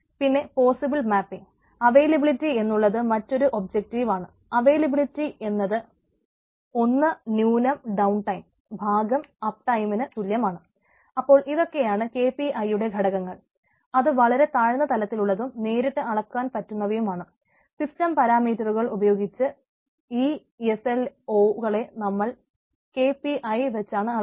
പിന്നെ possible mapping കളെ നമ്മൾ കെ പി ഐ വച്ചാണ് അളക്കുന്നത്